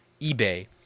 eBay